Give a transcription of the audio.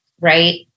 Right